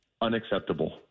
unacceptable